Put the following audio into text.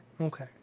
Okay